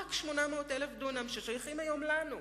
רק 800,000 דונם ששייכים היום לנו,